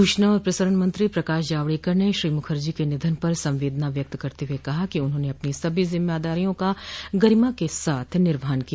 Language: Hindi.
सूचना और प्रसारण मंत्री प्रकाश जावेडकर ने श्री मूखर्जी के निधन पर संवेदना व्य्क्तत करते हुए कहा कि उन्होंने अपनी सभी जिम्मेदारियों का गरिमा के साथ निर्वहन किया